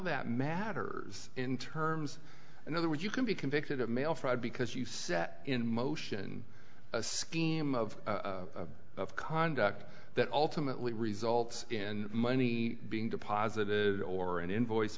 that matters in terms in other words you can be convicted of mail fraud because you set in motion a scheme of conduct that ultimately results in money being deposited or an invoice